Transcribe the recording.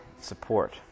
support